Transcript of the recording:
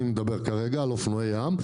אני מדבר כרגע על אופנועי ים.